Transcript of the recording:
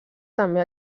també